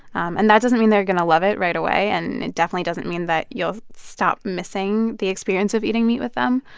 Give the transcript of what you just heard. um and that doesn't mean they're going to love it right away. and it definitely doesn't mean that you'll stop missing the experience of eating meat with them.